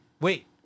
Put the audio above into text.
Wait